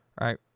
right